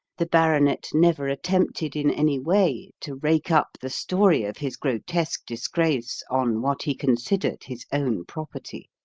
the baronet never attempted in any way to rake up the story of his grotesque disgrace on what he considered his own property.